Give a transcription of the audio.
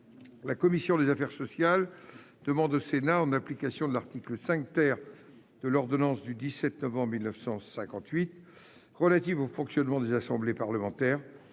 la commission des affaires sociales demande au Sénat, en application de l'article 5 de l'ordonnance n° 58-1100 du 17 novembre 1958 relative au fonctionnement des assemblées parlementaires,